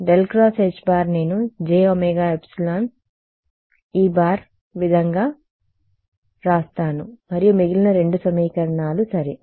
H నేను jωεE విధంగా వ్రాస్తాను మరియు మిగిలిన రెండు సమీకరణాలు సరే